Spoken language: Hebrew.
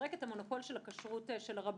שמפרקת את המונופול של הכשרות של הרבנות.